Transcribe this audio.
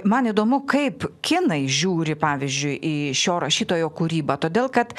man įdomu kaip kinai žiūri pavyzdžiui į šio rašytojo kūrybą todėl kad